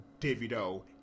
Davido